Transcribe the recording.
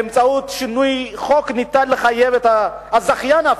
באמצעות שינויי חוק ניתן לחייב את הזכיין,